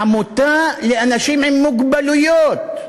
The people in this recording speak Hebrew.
עמותה לאנשים עם מוגבלויות,